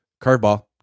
Curveball